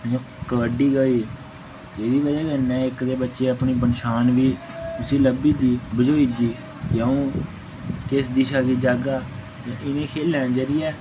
जियां कबड्डी गै होई एहदी बजह् कन्नै इक ते बच्चे अपनी पनशान गी उसी लब्भी जंदी बझोई जंदी जे आ'ऊं किस दिशा गी जाह्गा ते इनें खेलां न जेह्ड़ी